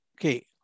Okay